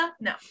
no